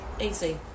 easy